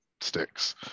sticks